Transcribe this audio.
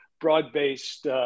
broad-based